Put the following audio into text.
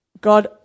God